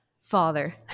father